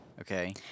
Okay